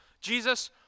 Jesus